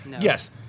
yes